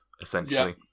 essentially